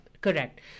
Correct